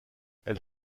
elle